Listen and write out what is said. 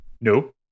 No